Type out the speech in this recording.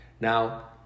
Now